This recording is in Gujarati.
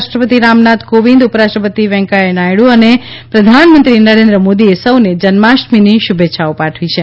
રાષ્ટ્રપતિ રામનાથ કોવિંદ ઉપરાષ્ટ્રપતિ વૈકેંયા નાયડુ અને પ્રધાનમંત્રી નરેન્દ્ર મોદીએ સૌને જન્માષ્ટમીની શુભેચ્છાઓ પાઠવી છે